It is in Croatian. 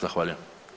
Zahvaljujem.